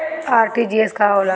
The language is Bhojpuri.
आर.टी.जी.एस का होला?